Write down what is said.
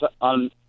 on